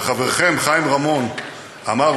וחברכם חיים רמון אמר,